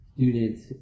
students